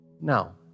Now